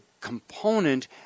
component